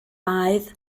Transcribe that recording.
baedd